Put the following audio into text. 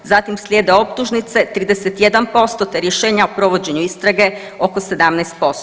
Zatim slijede optužnice, 31%, te rješenja o provođenju istrage oko 17%